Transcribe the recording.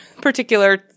particular